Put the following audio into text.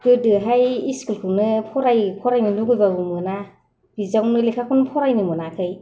गोदोहाय स्कुल खौनो फरायनो लुगैबाबो मोना बिदियावनो लेखाखौनो फरायनो मोनाखै